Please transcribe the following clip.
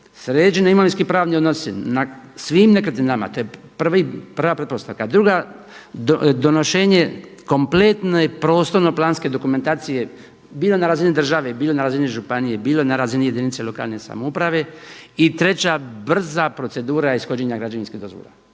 sređeni imovinski-pravni odnosi na svim nekretninama, to je prva pretpostavka. Druga, donošenje kompletne prostorno-planske dokumentacije bilo na razini države, bilo na razini županije, bilo na razini jedinice lokalne samouprave. I treća brza procedura ishođenja građevinskih dozvola.